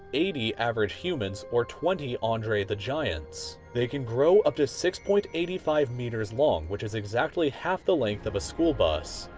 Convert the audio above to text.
eighty average humans or twenty andre the giants. they can grow up to six point eight five meters long, which is exactly half the length of a school bus,